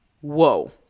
whoa